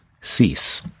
cease